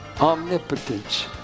omnipotence